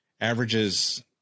averages